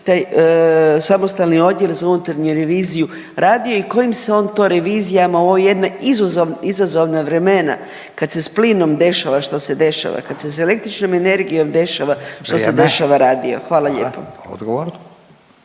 taj samostalni odjel za unutarnju reviziju radio i kojim se on to revizijama u ova jedna izazovna vremena kad se s plinom dešava što se dešava, kad se s električnom energijom dešava što se dešava radio, hvala lijepo.